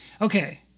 Okay